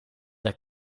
der